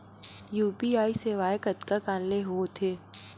UPI सेवाएं कतका कान ले हो थे?